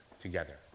together